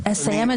זה מה שאני שואל.